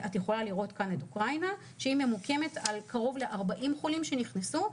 את יכולה לראות כאן את אוקראינה שהיא ממוקמת על קרוב ל-40 חולים שנכנסו,